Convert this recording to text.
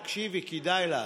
תקשיבי, כדאי לך.